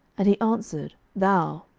and he answered, thou.